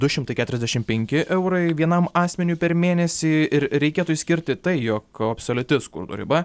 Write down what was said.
du šimtai keturiasdešimt penki eurai vienam asmeniui per mėnesį ir reikėtų išskirti tai jog absoliuti skurdo riba